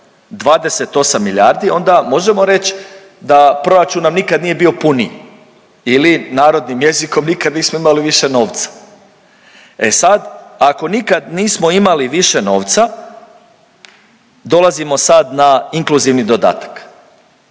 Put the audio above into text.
28 milijardi onda možemo reć da proračun nam nikad nije bio puniji ili narodnim jezikom, nikad nismo imali više novca, e sad ako nikad nismo imali više novca dolazimo sad na inkluzivni dodatak,